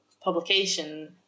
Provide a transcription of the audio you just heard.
publication